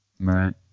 Right